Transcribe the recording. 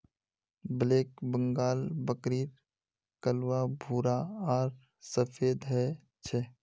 black Bengal बकरीर कलवा भूरा आर सफेद ह छे